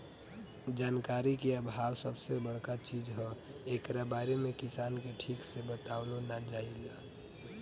जानकारी के आभाव सबसे बड़का चीज हअ, एकरा बारे में किसान के ठीक से बतवलो नाइ जाला